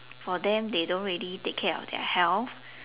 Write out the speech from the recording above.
for them they don't really take care of their health